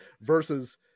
versus